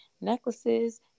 necklaces